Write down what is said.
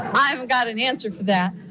i haven't got an answer for that